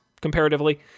comparatively